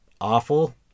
awful